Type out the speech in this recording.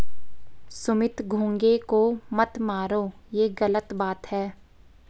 सुमित घोंघे को मत मारो, ये गलत बात है